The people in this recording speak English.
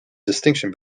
distinction